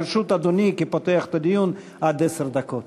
לרשות אדוני כפותח הדיון עד עשר דקות.